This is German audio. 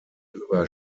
über